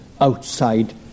outside